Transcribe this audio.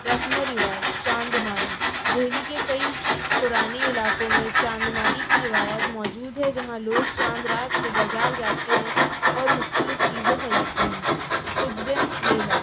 رسم و رواج چاند ماری دہلی کے کئی پرانی علاقوں میں چاند ماری کی روایت موجود ہے جہاں لوگ چاند رات کو بازار جاتے ہیں اور مختلف چیزیں خریدتے ہیں کتب میلہ